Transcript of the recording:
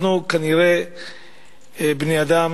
אנחנו כנראה בני-אדם,